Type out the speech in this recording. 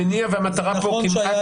המניע והמטרה פה כמעט --- זה נכון שהיה